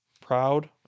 proud